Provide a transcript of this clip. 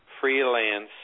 Freelance